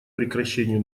прекращению